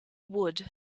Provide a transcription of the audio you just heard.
wood